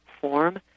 form